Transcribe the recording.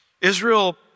Israel